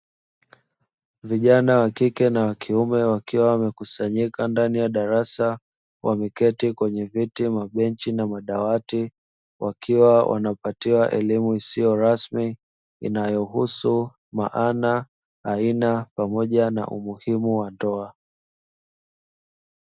Vijana wa kike na wa kiume wakiwa wamekusanyika ndani ya darasa wameketi kwenye viti, mabenchi na madawati, wakiwa wanapatiwa elimu isiyo rasmi inayohusu maana, aina pamoja na umuhimu wa ndoa.